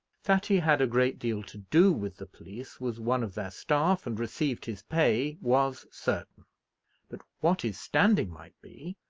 that he had a great deal to do with the police, was one of their staff, and received his pay, was certain but, what his standing might be,